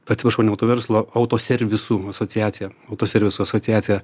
atsiprašau ne autoverslo autoservisų asociacija autoservisų asociacija